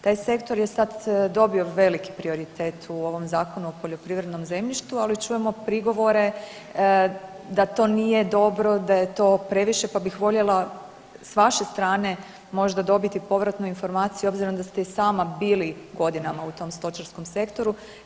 Taj sektor je sad dobio veliki prioritet u ovom Zakonu o poljoprivrednom zemljištu, ali čujemo prigovore da to nije dobro, da je to previše, pa bih voljela s vaše strane možda dobiti povratnu informaciju, obzirom da ste i sama bili godinama u tom stočarskom sektoru.